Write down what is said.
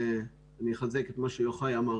ואני אחזק את מה שיוחאי אמר.